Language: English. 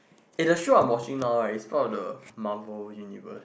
eh the show I watching now right is part of the marvel universe